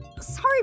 Sorry